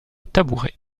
tabouret